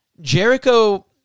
Jericho